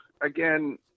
Again